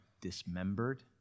dismembered